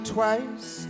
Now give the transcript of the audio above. twice